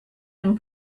and